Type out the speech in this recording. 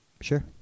Sure